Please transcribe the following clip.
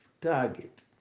target